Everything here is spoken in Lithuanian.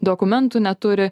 dokumentų neturi